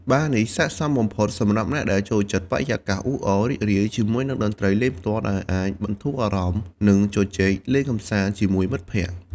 បារនេះស័ក្តិសមបំផុតសម្រាប់អ្នកដែលចូលចិត្តបរិយាកាសអ៊ូអរ រីករាយ ជាមួយនឹងតន្ត្រីលេងផ្ទាល់ដែលអាចបន្ធូរអារម្មណ៍ និងជជែកលេងកម្សាន្តជាមួយមិត្តភក្តិ។